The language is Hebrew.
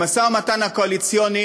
במשא-ומתן הקואליציוני